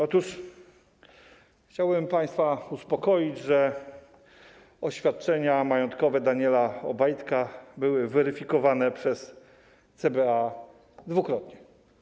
Otóż chciałbym państwa uspokoić, że oświadczenia majątkowe Daniela Obajtka były weryfikowane przez CBA dwukrotnie.